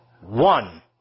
one